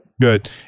Good